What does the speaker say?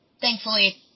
thankfully